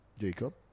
Jacob